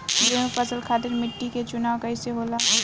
गेंहू फसल खातिर मिट्टी के चुनाव कईसे होला?